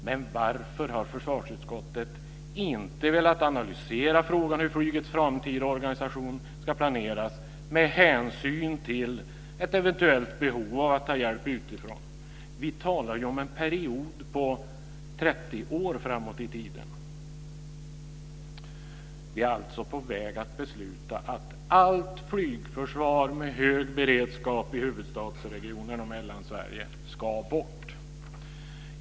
Men varför har försvarsutskottet inte velat analysera frågan hur flygets framtida organisation ska planeras med hänsyn till ett eventuellt behov av ta hjälp utifrån? Vi talar ju om en period på 30 år framåt i tiden. Vi är alltså på väg att besluta att allt flygförsvar med hög beredskap i huvudstadsregionen och Mellansverige ska bort.